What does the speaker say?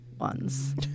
ones